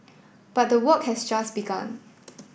but the work has just begun